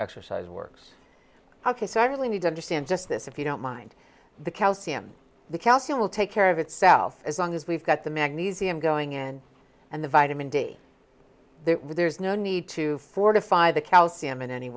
exercise works ok so i really need to understand just this if you don't mind the calcium the calcium will take care of itself as long as we've got the magnesium going in and the vitamin d there's no need to fortify the calcium in any